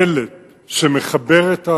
המלט שמחבר את האנשים,